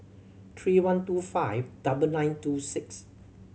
three one two five double nine two six